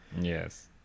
Yes